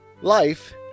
Life